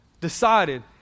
decided